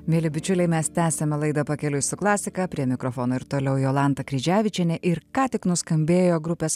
mieli bičiuliai mes tęsiame laidą pakeliui su klasika prie mikrofono ir toliau jolanta kryževičienė ir ką tik nuskambėjo grupės